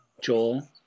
Joel